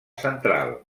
central